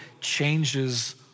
changes